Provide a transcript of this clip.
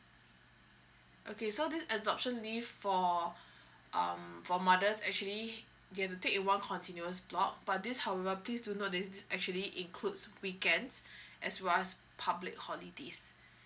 okay so this adoption leave for um for mother's actually you have to take in one continuous block but this however please do note this actually includes weekends as well as public holidays